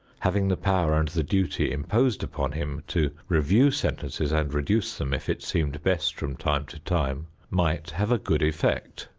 having the power and the duty imposed upon him to review sentences and reduce them if it seemed best from time to time, might have a good effect.